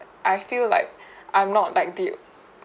uh I feel like I'm not like the